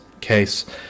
case